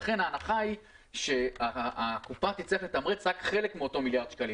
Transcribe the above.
לכן ההנחה היא שהקופה תצטרך לתמרץ רק חלק מאותם מיליארד שקלים.